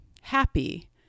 happy